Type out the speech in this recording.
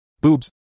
Boobs